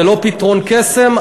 זה לא פתרון קסם,